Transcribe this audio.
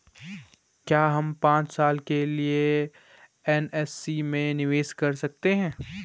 क्या हम पांच साल के लिए एन.एस.सी में निवेश कर सकते हैं?